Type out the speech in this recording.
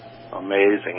amazing